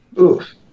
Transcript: Oof